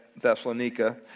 Thessalonica